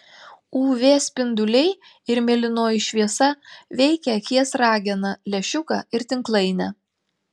uv spinduliai ir mėlynoji šviesa veikia akies rageną lęšiuką ir tinklainę